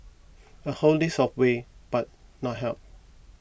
a whole list of ways but not help